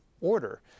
order